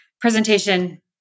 presentation